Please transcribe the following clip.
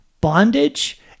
bondage